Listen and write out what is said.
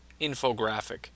infographic